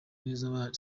neza